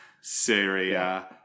Syria